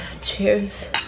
Cheers